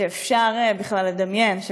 שאפשר בכלל לדמיין,